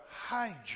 hide